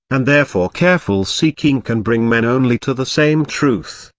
and therefore careful seeking can bring men only to the same truth,